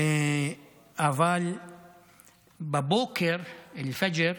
אבל בבוקר, אל-פג'ר,